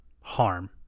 harm